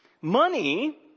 money